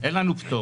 אין לנו פטור.